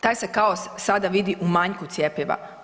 Taj se kaos sada vidi u manjku cjepiva.